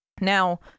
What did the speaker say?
Now